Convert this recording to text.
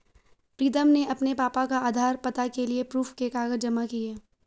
प्रीतम ने अपने पापा का आधार, पता के लिए प्रूफ के कागज जमा किए